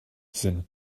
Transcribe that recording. sind